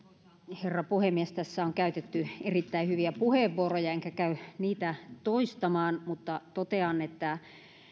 herra puhemies tässä on käytetty erittäin hyviä puheenvuoroja enkä käy niitä toistamaan mutta totean että